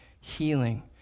healing